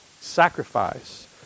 sacrifice